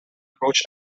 approach